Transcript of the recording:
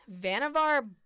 Vannevar